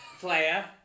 player